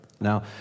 Now